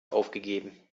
aufgegeben